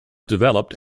developed